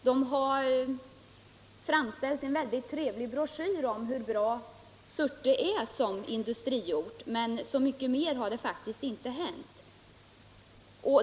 Det har framställts en mycket trevlig broschyr om hur bra Surte är som industriort, men så mycket mer har faktiskt inte hänt.